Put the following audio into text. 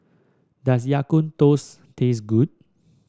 does Ya Kun toast taste good